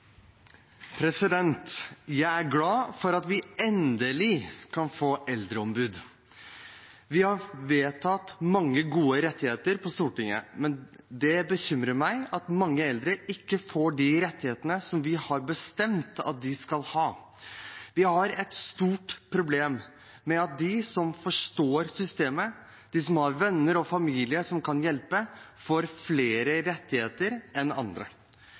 Jeg er glad for at vi endelig kan få eldreombud. Vi har vedtatt mange gode rettigheter på Stortinget. Det bekymrer meg at mange eldre ikke får de rettighetene vi har bestemt at de skal ha. Vi har et stort problem med at de som forstår systemet, de som har venner og familie som kan hjelpe, får flere rettigheter enn andre.